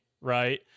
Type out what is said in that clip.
right